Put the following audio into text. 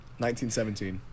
1917